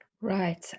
Right